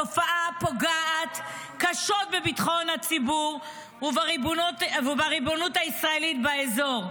התופעה פוגעת קשות בביטחון הציבור ובריבונות הישראלית באזור.